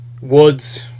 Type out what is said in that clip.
Woods